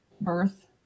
birth